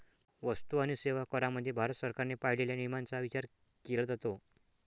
वस्तू आणि सेवा करामध्ये भारत सरकारने पाळलेल्या नियमांचा विचार केला जातो